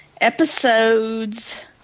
episodes